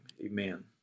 Amen